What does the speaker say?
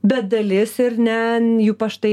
bet dalis ir ne jų paštai